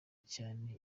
cyane